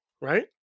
right